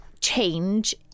change